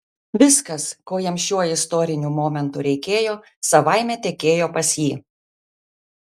viskas ko jam šiuo istoriniu momentu reikėjo savaime tekėjo pas jį